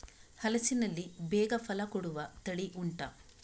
ಹಲಸಿನಲ್ಲಿ ಬೇಗ ಫಲ ಕೊಡುವ ತಳಿ ಉಂಟಾ